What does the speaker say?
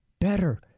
better